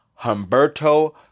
Humberto